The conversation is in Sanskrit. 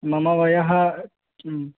मम वयः किम्